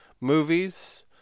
movies